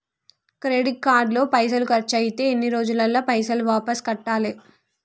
Credit card లో పైసల్ ఖర్చయితే ఎన్ని రోజులల్ల పైసల్ వాపస్ కట్టాలే?